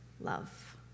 love